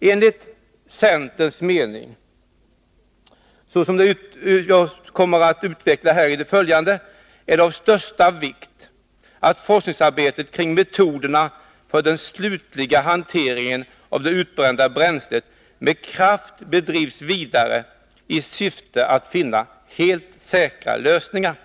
Enligt centerns mening är det — såsom jag kommer att utveckla ytterligare — av största vikt att forskningsarbetet kring metoderna för den slutliga hanteringen av det utbrända kärnbränslet med kraft drivs vidare i syfte att man skall finna helt säkra lösningar.